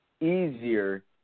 easier